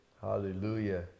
Hallelujah